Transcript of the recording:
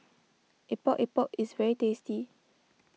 Epok Epok is very tasty